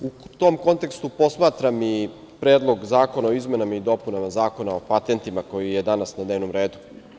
U tom kontekstu posmatram i Predlog zakona o izmenama i dopunama Zakona o patentima koji je danas na dnevnom redu.